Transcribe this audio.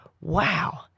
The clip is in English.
Wow